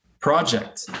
project